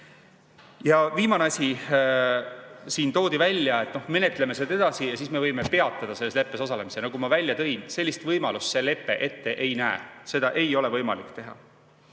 Ja viimane asi. Siin toodi välja, et menetleme seda edasi ja siis me võime peatada selles leppes osalemise. Nagu ma välja tõin, sellist võimalust see lepe ette ei näe, seda ei ole võimalik teha.